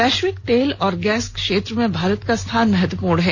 वैश्विक तेल और गैस क्षेत्र में भारत का स्थान महत्वपूर्ण है